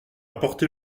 porter